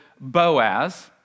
Boaz